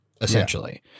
essentially